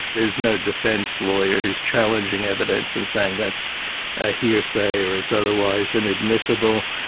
there's no defence lawyer who's challenging evidence and saying, that's ah hearsay, or it's otherwise inadmissible.